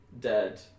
dead